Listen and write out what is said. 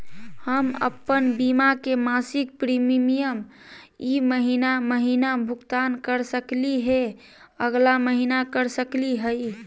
हम अप्पन बीमा के मासिक प्रीमियम ई महीना महिना भुगतान कर सकली हे, अगला महीना कर सकली हई?